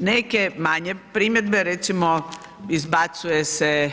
Neke manje primjedbe, recimo izbacuje se